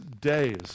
days